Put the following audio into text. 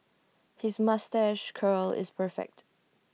his moustache curl is perfect